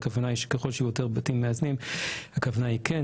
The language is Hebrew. הכוונה היא שככל שיהיו יותר בתים מאזנים הכוונה היא כן